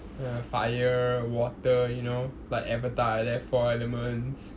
uh fire water you know like avatar like that four elements